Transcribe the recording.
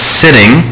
sitting